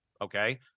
okay